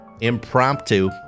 Impromptu